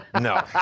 No